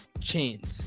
chains